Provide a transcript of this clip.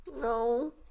no